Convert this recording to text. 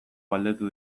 galdetu